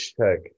check